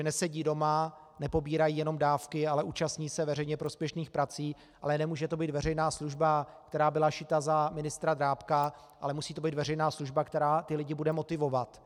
Nesedí doma, nepobírají jenom dávky, ale účastní se veřejně prospěšných prací, ale nemůže to být veřejná služba, která byla šita za ministra Drábka, ale musí to být veřejná služba, která lidi bude motivovat.